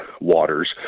waters